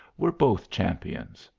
were both champions.